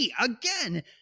Again